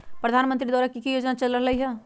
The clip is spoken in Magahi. प्रधानमंत्री द्वारा की की योजना चल रहलई ह?